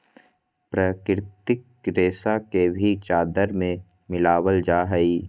प्राकृतिक रेशा के भी चादर में मिलाबल जा हइ